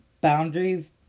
boundaries